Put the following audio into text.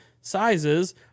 sizes